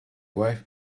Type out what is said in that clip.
wife